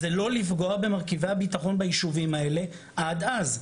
זה לא לפגוע במרכיבי הביטחון ביישובים האלה עד אז.